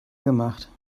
gemacht